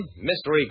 mystery